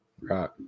Right